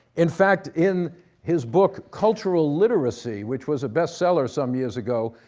in fact, in his book cultural literacy, which was a best seller some years ago,